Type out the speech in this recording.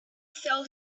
sell